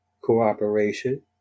cooperation